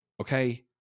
Okay